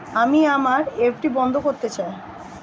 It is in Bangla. আমি আমার এফ.ডি বন্ধ করতে চাই